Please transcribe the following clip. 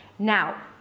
Now